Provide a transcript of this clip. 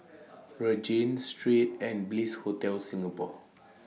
Regent Street and Bliss Hotel Singapore